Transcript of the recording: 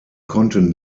konnten